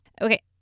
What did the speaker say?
Okay